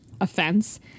offense